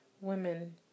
women